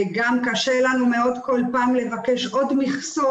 וגם קשה לנו מאוד כל פעם לבקש עוד מכסות,